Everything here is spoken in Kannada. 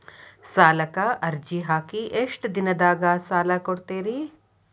ಸಾಲಕ ಅರ್ಜಿ ಹಾಕಿ ಎಷ್ಟು ದಿನದಾಗ ಸಾಲ ಕೊಡ್ತೇರಿ?